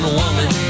woman